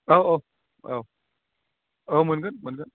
औ औ औ औ मोनगोन मोनगोन